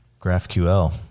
GraphQL